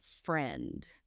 friend